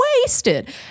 wasted